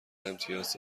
امتیاز